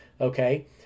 okay